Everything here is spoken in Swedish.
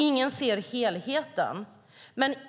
Ingen ser helheten.